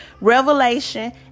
revelation